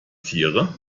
tiere